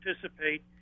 participate